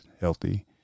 healthy